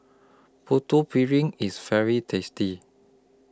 Putu Piring IS very tasty